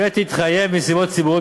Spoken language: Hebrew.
שתתחייב מסיבות ציבוריות,